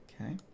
Okay